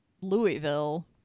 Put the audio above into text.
Louisville